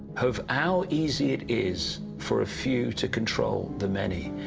of how easy it is for a few to control the many.